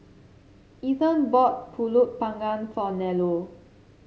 Ethan bought pulut panggang for Nello